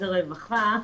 משרד הרווחה.